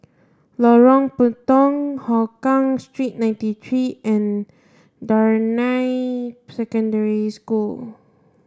Lorong Puntong Hougang Street ninety three and Damai Secondary School